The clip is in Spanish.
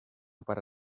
para